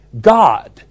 God